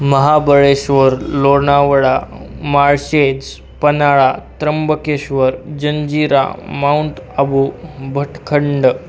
Mahabaleshwar Lonavala Malshej Panhala Trimbakeshwar Janjira Mount Abu भटखंड